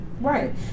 Right